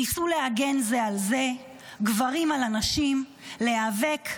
ניסו להגן זה על זה, גברים על הנשים, להיאבק,